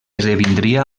esdevindria